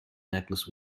necklace